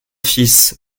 fils